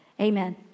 Amen